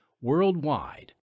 worldwide